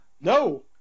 No